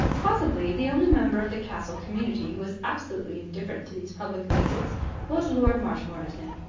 possibly the only member of the castle community who was absolutely indifferent to these public visits was lord marshmoreton.